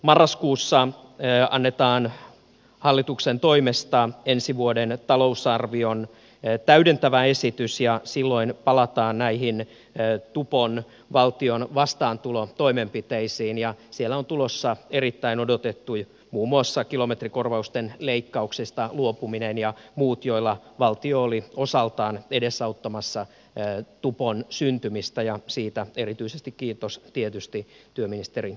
marraskuussa annetaan hallituksen toimesta ensi vuoden talousarvion täydentävä esitys ja silloin palataan näihin tupon valtion vastaantulotoimenpiteisiin ja siellä on tulossa muun muassa erittäin odotettu kilometrikorvausten leikkauksesta luopuminen ja muut joilla valtio oli osaltaan edesauttamassa tupon syntymistä ja siitä erityisesti kiitos tietysti työministeri ihalaiselle